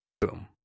Boom